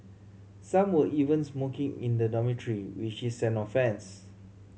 some were even smoking in the dormitory which is an offence